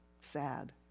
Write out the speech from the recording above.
sad